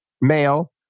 male